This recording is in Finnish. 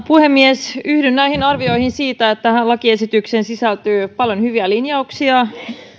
puhemies yhdyn näihin arvioihin siitä että tähän lakiesitykseen sisältyy paljon hyviä linjauksia